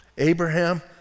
Abraham